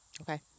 Okay